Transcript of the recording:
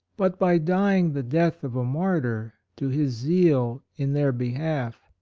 but by dying the death of a martyr to his zeal in their behalf.